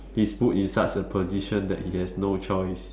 he is put in such a position that he has no choice